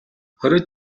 хориод